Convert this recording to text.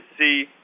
see